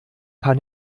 paar